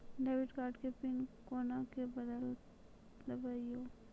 Debit card के PIN कोना के बदलबै यो?